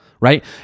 right